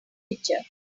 picture